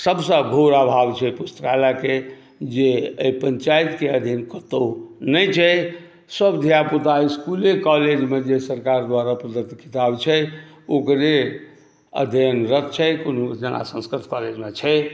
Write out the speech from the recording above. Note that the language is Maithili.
सभसँ घोर अभाव छै पुस्तकालयके जे एहि पञ्चायतके अधीन कतहु नहि छै सभ धिया पुता स्कूले कॉलेजमे जे सरकार द्वारा प्रदत्त किताब छै ओकरे अध्य्यनरत छथि जेना संस्कृत कॉलेजमे छै